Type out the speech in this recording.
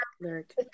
lyric